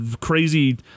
crazy